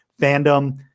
Fandom